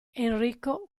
enrico